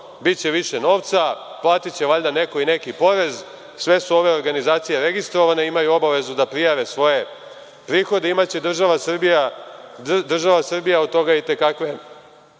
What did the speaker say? biće više novca, platiće valjda neko i neki porez. Sve su ove organizacije registrovane, imaju obavezu da prijave svoje prihode. Imaće država Srbija od toga i te kakve